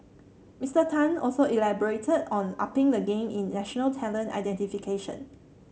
Mister Tan also elaborated on upping the game in national talent identification